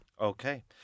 Okay